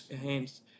hands